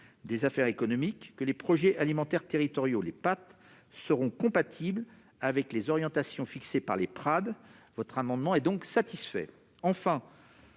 des affaires économiques, les projets alimentaires territoriaux seront compatibles avec les orientations fixées par les PRAD. Votre amendement est donc satisfait,